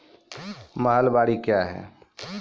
महलबाडी क्या हैं?